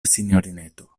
sinjorineto